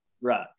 right